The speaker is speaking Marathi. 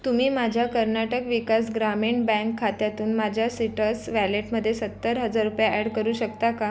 तुम्ही माझ्या कर्नाटक विकास ग्रामीण बँक खात्यातून माझ्या सिट्रस वॅलेटमध्ये सत्तर हजार रुपये ॲड करू शकता का